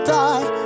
die